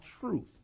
truth